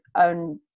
own